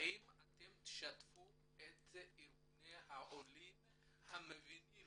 האם אתם תשתפו את ארגוני העולים שמבינים